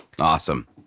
Awesome